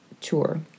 tour